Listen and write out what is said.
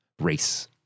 race